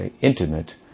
intimate